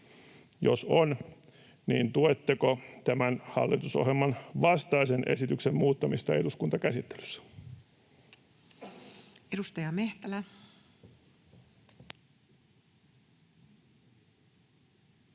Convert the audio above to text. Jos on, niin tuetteko tämän hallitusohjelman vastaisen esityksen muuttamista eduskuntakäsittelyssä? Edustaja Mehtälä.